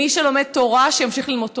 מי שלומד תורה שימשיך ללמוד תורה.